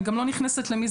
אני גם לא נכנסת למי,